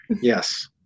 Yes